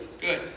good